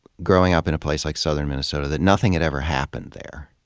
growing up in a place like southern minnesota, that nothing had ever happened there.